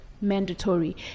mandatory